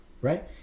right